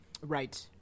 Right